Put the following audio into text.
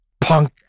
Punk